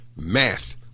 Math